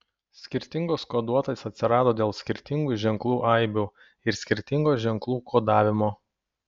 skirtingos koduotės atsirado dėl skirtingų ženklų aibių ir skirtingo ženklų kodavimo